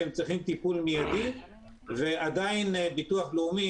שהם צריכים טיפול מיידי ועדיין הביטוח הלאומי